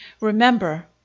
Remember